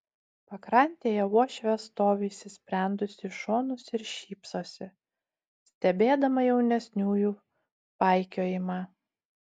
pakrantėje uošvė stovi įsisprendusi į šonus ir šypsosi stebėdama jaunesniųjų paikiojimą